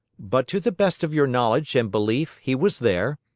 but to the best of your knowledge and belief he was there?